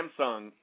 Samsung